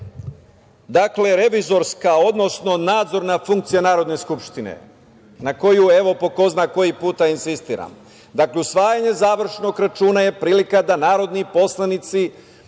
jeste revizorska, odnosno nadzorna funkcija Narodne skupštine na koju po ko zna koji put insistiram. Dakle, usvajanje završnog računa je prilika da narodni poslanici